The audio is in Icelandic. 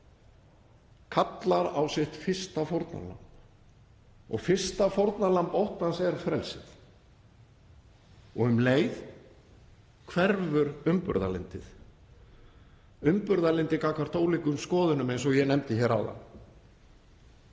kallar á sitt fyrsta fórnarlamb og fyrsta fórnarlamb óttans er frelsið. Um leið hverfur umburðarlyndið, umburðarlyndi gagnvart ólíkum skoðunum eins og ég nefndi hér áðan.